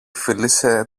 φίλησε